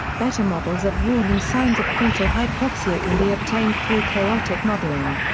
better models of warning signs of fetal hypoxia can be obtained through chaotic modeling.